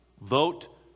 Vote